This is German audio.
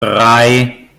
drei